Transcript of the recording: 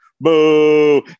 boo